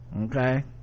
okay